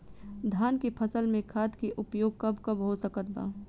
धान के फसल में खाद के उपयोग कब कब हो सकत बा?